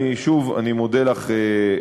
אני שוב מודה לך,